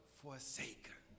forsaken